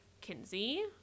Kinsey